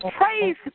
praise